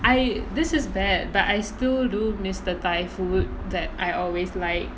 I this is bad but I still do miss the thailand food that I always like